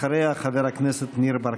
אחריה, חבר הכנסת ניר ברקת.